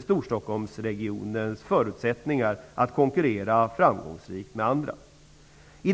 Storstockholmsregionens förutsättningar att konkurrera framgångsrikt med andra regioner.